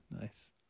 Nice